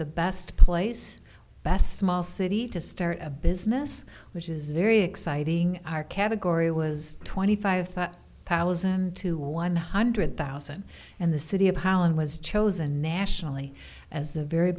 the best place best small city to start a business which is very exciting our category was twenty five thought palace and to one hundred thousand and the city of holland was chosen nationally as the very